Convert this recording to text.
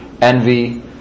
Envy